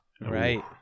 Right